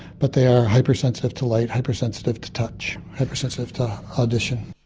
but they are hypersensitive to light, hypersensitive to touch, hypersensitive to audition.